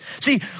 See